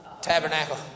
Tabernacle